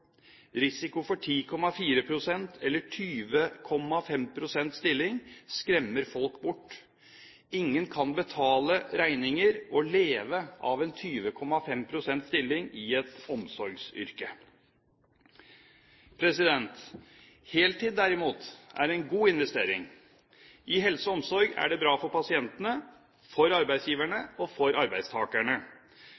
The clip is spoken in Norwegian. Risiko for 10,4 pst. eller 20,5 pst. stilling skremmer folk bort. Ingen kan betale regninger og leve av en 20,5 pst. stilling i et omsorgsyrke. Heltid, derimot, er en god investering. Innenfor helse og omsorg er det bra for pasientene, for arbeidsgiverne